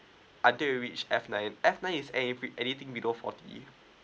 until you reach F nine F nine is anyt~ anything below forty